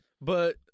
But-